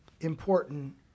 important